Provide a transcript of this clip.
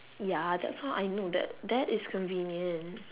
ya that's why I know that that is convenient